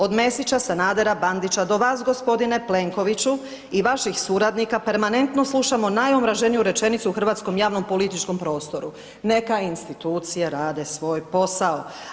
Od Mesića, Sanadera, Bandića, do vas, g. Plenkoviću i vaših suradnika permanentno slušamo najomraženiju rečenicu u hrvatskom javnom političkom prostoru, neka institucije rade svoj posao.